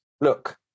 look